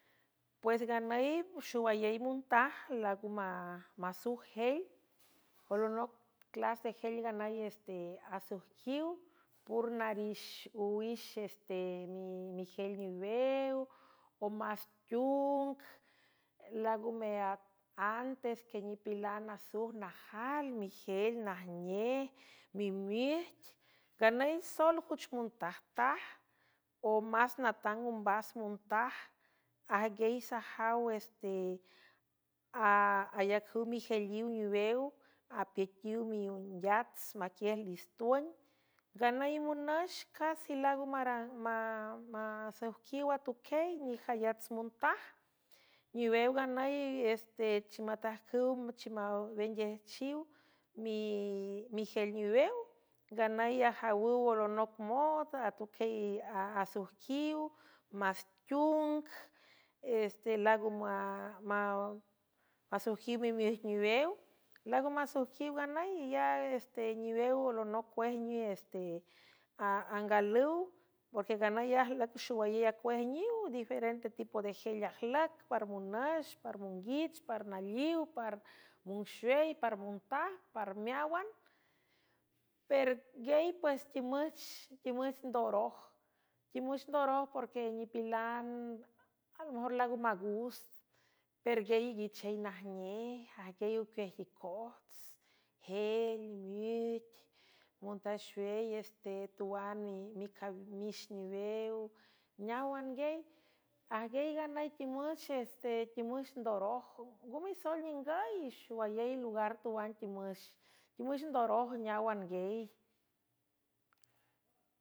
Pues nganüy xowayey montaj laag masojel olonoc clás dejel nganüy este asuijquiw pur narix owix este mijel niwew o mastung langome antes que nipilan asoj najael mijel najnej mimiq nganüy soel cuch montajtaj o más natang ombas montaj ajguieysajaw ese ayacüw mijeliw niwew apiaquiw miongiats maquiej listun nganüy monüx casi laago mmasoijquiw atuquiey nijayats montaj niwew nganüy estechimatajcüwchmawenguejchiw migel niwew nganüy ajawüw olonoc mod atuquiey asuijquiw mastiung se laag masojjiw mimij niwew laago masuijjuiw nganüy ya este niwew olonoc cuejniw este angalüw porque nganüy lüc xowayey acuejniw diferente tipo de jel ajlüc par monüx par monguich par naliw par monxwey par montaj par meáwan perguey pues timüch ndoroj timüxh ndoroj porque nipilan almejor lango magust perguiel guichey najnej ajguiel ocuej nicorts jel mit montaxuwey este tuan mix niwew neáwanguey ajguiey nganüy timüxh este timüx ndoroj ngo meisoel ningüy xowayey lugar tuan timüx timüx ndoroj neáwanguiey.